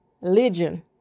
religion